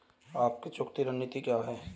आपकी चुकौती रणनीति क्या है?